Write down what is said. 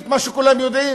וכאן, אדוני הנשיא,